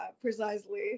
precisely